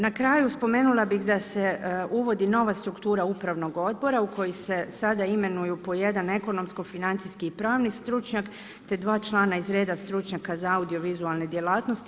Na kraju spomenula bih da se uvodi nova struktura upravnog odbora u koji se sada imenuju po jedan ekonomsko, financijski i pravni stručnjak te dva člana iz reda stručnjaka za audiovizualne djelatnosti.